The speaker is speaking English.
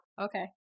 okay